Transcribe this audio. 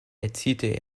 erzielte